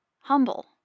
humble